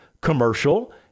commercial